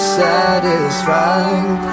satisfied